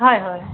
হয় হয়